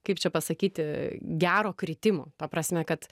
kaip čia pasakyti gero kritimo ta prasme kad